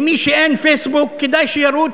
למי שאין פייסבוק, כדאי שירוץ,